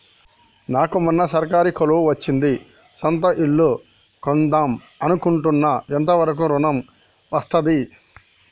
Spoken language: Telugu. నాకు మొన్న సర్కారీ కొలువు వచ్చింది సొంత ఇల్లు కొన్దాం అనుకుంటున్నా ఎంత వరకు ఋణం వస్తది?